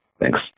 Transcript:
Thanks